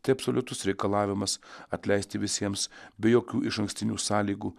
tai absoliutus reikalavimas atleisti visiems be jokių išankstinių sąlygų